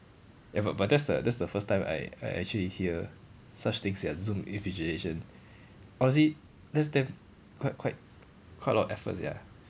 ya but that's the that's the first time I I actually hear such thing sia zoom invigilation honestly that's damn quite quite quite a lot of effort sia